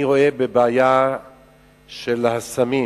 אני רואה בבעיה של הסמים